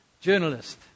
journalist